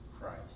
Christ